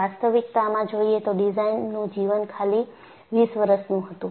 વાસ્તવિકતામાં જોઈએ તો ડિઝાઇનનું જીવન ખાલી 20 વર્ષનું હતું